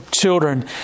children